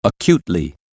acutely